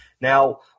Now